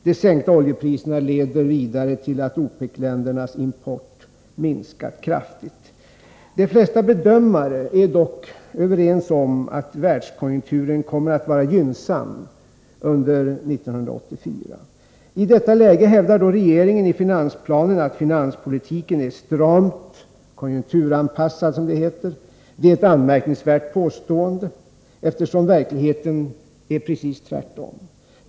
De sänkta oljepriserna leder vidare till att OECD-ländernas import har minskat kraftigt. De flesta bedömare är dock eniga om att världskonjunkturen kommer att vara gynnsam under 1984. I detta läge hävdar regeringen i finansplanen att finanspolitiken är stramt konjunkturanpassad. Det är ett anmärkningsvärt påstående, eftersom verkligheten är precis tvärtom.